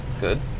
Good